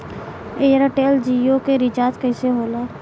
Airtel Jio के recharge कैसे होला?